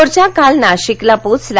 मोर्चा काल नाशिकला पोहोचला